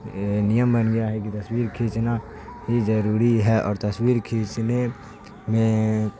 نیم بن گیا ہے کہ تصویر کھینچنا ہی ضروری ہے اور تصویر کھینچنے میں